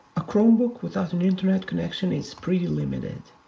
a chromebook without an internet connection is pretty limited.